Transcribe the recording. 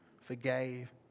forgave